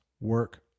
work